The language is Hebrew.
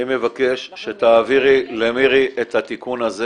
אני מבקש שתעבירי למירי את התיקון הזה